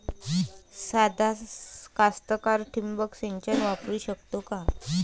सादा कास्तकार ठिंबक सिंचन वापरू शकते का?